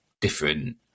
different